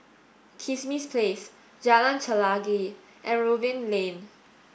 Kismis Place Jalan Chelagi and Robin Lane